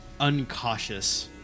uncautious